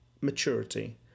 maturity